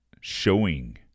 showing